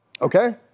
Okay